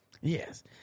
Yes